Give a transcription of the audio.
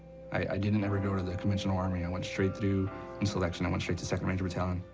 i, i didn't ever go to the conventional army. i went straight through from selection, i went straight to second ranger battalion.